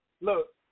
Look